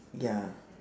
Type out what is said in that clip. ya